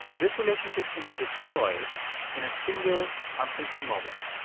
this relationship can be destroyed in a single, unthinking moment.